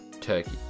Turkey